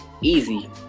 Easy